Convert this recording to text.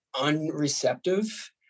unreceptive